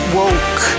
woke